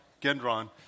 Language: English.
Gendron